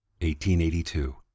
1882